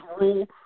rule